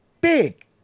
big